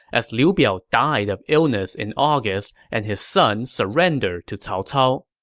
as liu biao died of illness in august and his son surrendered to cao cao.